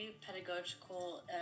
pedagogical